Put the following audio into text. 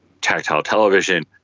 tactile television,